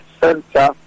center